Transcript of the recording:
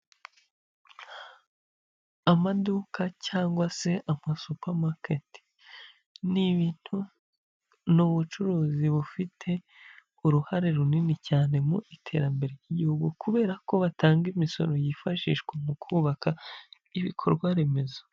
Amaduka cyangwa se ama supermarket ni ubucuruzi bufite uruhare runini cyane mu iterambere ry'igihugu kubera ko batanga imisoro yifashishwa mu kubaka ibikorwa remezo.